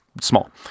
small